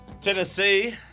Tennessee